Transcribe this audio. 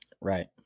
Right